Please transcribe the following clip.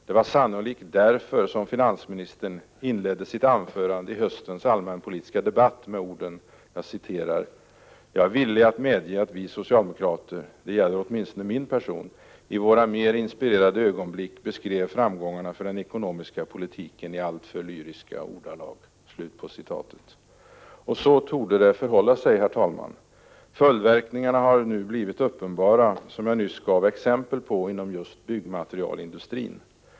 Det var sannolikt därför som finansministern inledde sitt anförande i höstens allmänpolitiska debatt med orden: ”Jag är villig att medge att vi socialdemokrater — det gäller åtminstone min person — i våra mer inspirerade ögonblick beskrev framgångarna för den ekonomiska politiken i alltför lyriska ordalag.” Så torde det förhålla sig, herr talman. Följdverkningarna har nu blivit uppenbara, som jag nyss gav exempel på inom just byggmaterialindustrin.